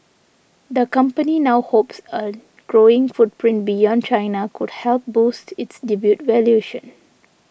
the company now hopes a growing footprint beyond China could help boost its debut valuation